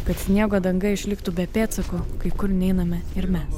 kad sniego danga išliktų be pėdsakų kai kur neiname ir mes